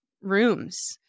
rooms